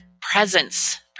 presence